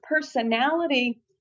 personality